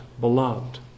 beloved